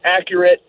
accurate